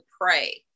pray